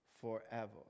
forever